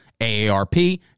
AARP